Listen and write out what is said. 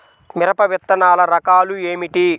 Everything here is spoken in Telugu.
మిరప విత్తనాల రకాలు ఏమిటి?